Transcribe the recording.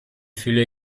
fühle